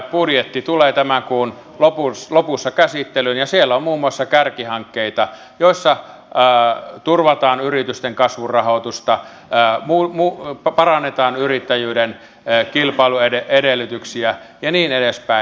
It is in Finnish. budjetti tulee tämän kuun lopussa käsittelyyn ja siellä on muun muassa kärkihankkeita joissa turvataan yritysten kasvun rahoitusta parannetaan yrittäjyyden kilpailuedellytyksiä ja niin edespäin